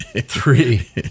Three